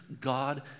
God